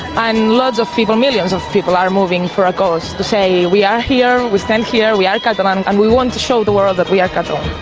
and lots of people, millions of people are moving for a cause, to say we are here, we stand here, we are catalan um and we want to show the world that we are catalan.